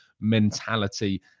mentality